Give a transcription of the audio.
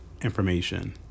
information